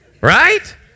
Right